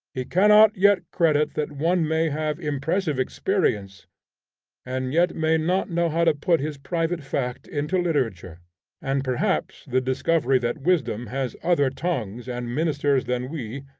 he cannot yet credit that one may have impressive experience and yet may not know how to put his private fact into literature and perhaps the discovery that wisdom has other tongues and ministers than we,